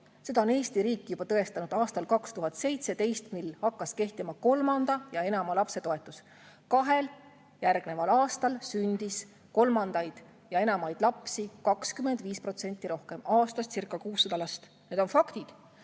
Seda on Eesti riik tõestanud juba aastal 2017, mil hakkas kehtima kolmanda ja enama lapse toetus. Kahel järgneval aastal sündis kolmandaid ja järgmisi lapsi 25% rohkem, aastascirca600 last. Need on faktid,